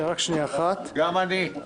גם אני.